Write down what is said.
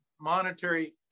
monetary